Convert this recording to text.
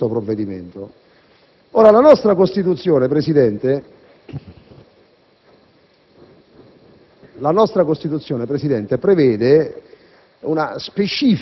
nei confronti di questo provvedimento. La nostra Costituzione, signor Presidente, prevede